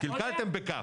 כלכלתם ב-כ',